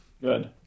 Good